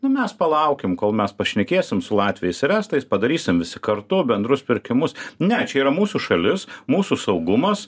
nu mes palaukim kol mes pašnekėsim su latviais ir estais padarysim visi kartu bendrus pirkimus ne čia yra mūsų šalis mūsų saugumas